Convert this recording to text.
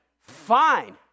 fine